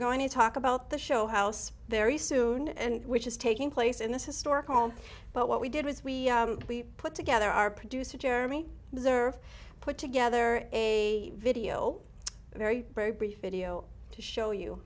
we're going to talk about the show house there isa hoon and which is taking place in this historic home but what we did was we put together our producer jeremy reserve put together a video very very brief video to show you